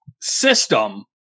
system